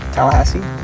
Tallahassee